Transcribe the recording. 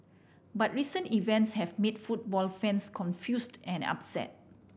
but recent events have made football fans confused and upset